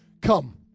come